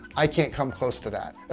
i can't come close to that.